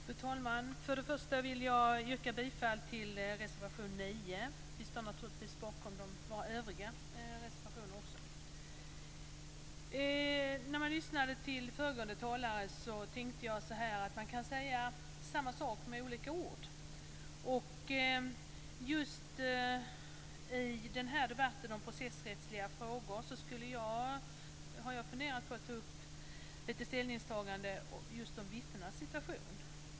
Fru talman! Först och främst vill jag yrka bifall till reservation 9. Vi står naturligtvis också bakom våra övriga reservationer. När jag lyssnade till föregående talare tänkte jag att man kan säga samma sak med olika ord. I den här debatten om processrättsliga frågor har jag tänkt att ta upp ställningstaganden om just vittnenas situation.